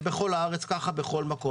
זה בכל הארץ ככה בכל מקום.